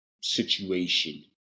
situation